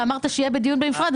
ואמרת שיהיה בדיון בנפרד.